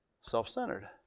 Self-centered